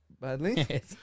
badly